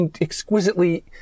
exquisitely